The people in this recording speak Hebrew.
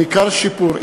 ניכר שיפור,